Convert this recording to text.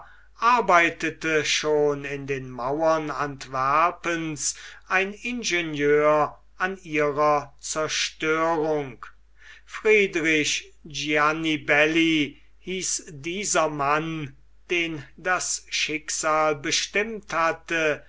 arbeitete schon in den mauern antwerpens ein ingenieur an ihrer zerstörung friedrich gianibelli hieß dieser mann den das schicksal bestimmt hatte